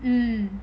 mmhmm